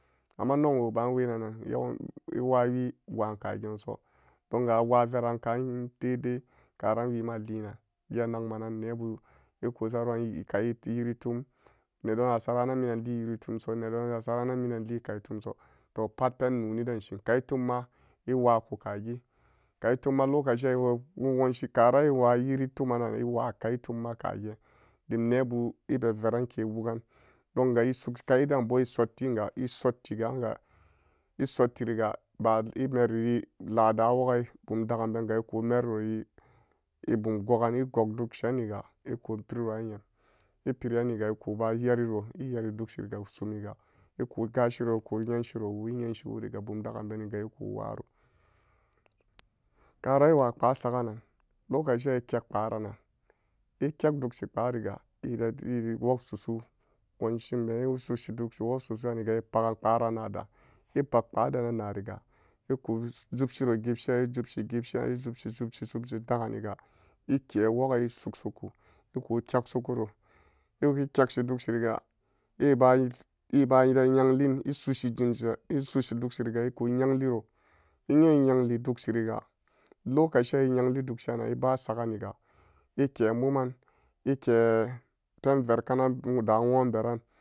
Amma nongwoba'an yuwan-iwayi wa'ankagenso dong awaveran ka'an geen so donga awaveran ka'an dai dai karan wema lienan geen nagma nan nebu iku saron ekai eyiritum nedon asaranan ninam lie-yiritumso nedon asaranan minan lie kai tumso to pat pen noniden shin kaitumma iwaku kagi kaitumma lokaci'an enwanshi karna iwa yiri twnan-nan iwa kaitumma kayeen dim nebu ebe veranke wugan donga esog-kai denbo esottiniga, esotti ka'anga, esottirigu ba-emeriri ladawogai bumdaganbeniga ekumerirori ebum gogan egon dugshiniga eku piriroran nyam epirieniga ekuba yeriro nyam epiriniga ekuba veri ro eyeri dukshiriga sumiga eku gashiro eku nyenshiro woo enyenshi woriga bumdagan beniga ekuwaro karan ewa kpaa sagan-nan loka'an ekek kparan nan ekek dugshi kpaariga ede-eri wog susu nwanshin been esushi dukshi wok su'su'aniga epagan kparan nada epak kpaa dena nariga eku zubshiro gipshiran zubshi gipshi'an ezupshi zugshi zupshi daganiga eke wug'ai esugshiku eku kekshi kuro ekekshi dugshiriga eba-eba yiran yenghin esushi jimshe esushi dugshiriga eku yengliro nyen enyengli dugshiriga lokaci'an en'yengli dugshi'an enba saganiga ike muman ekee penverkanabunda nwon beran.